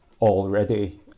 already